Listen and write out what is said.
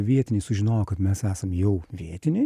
vietiniai sužinojo kad mes esam jau vietiniai